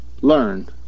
learn